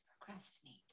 procrastinate